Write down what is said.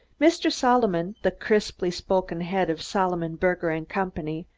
mr. solomon, the crisply spoken head of solomon, berger and company,